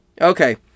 Okay